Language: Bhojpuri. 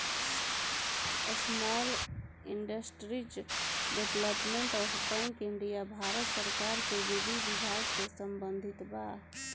small industries development bank of India Bharat सरकार के विधि विभाग से संबंधित बा